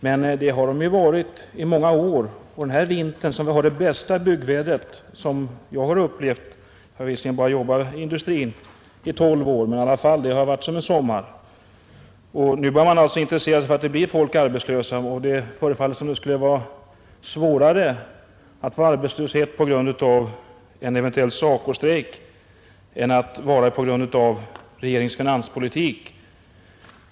Men det har de varit i många år, och den här vintern har vi det bästa byggväder som jag har upplevat — jag har visserligen bara jobbat i industrin under 12 år. Det har i alla fall varit som en sommar. Det förefaller som om det skulle vara svårare att bli arbetslös på grund av en eventuell SACO-strejk än på grund av regeringens finanspolitik.